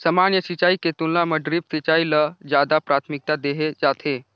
सामान्य सिंचाई के तुलना म ड्रिप सिंचाई ल ज्यादा प्राथमिकता देहे जाथे